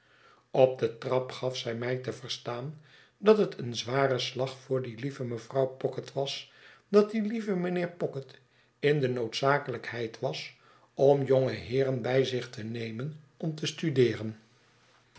op de trap gaf zij mij te verstaan dat het een zware slag voor die lieve mevrouw pocket was dat die lieve mijnheer pocket in de noodzakelijkheid was om jonge heeren bij zich te nemen om te studeeren